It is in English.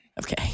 okay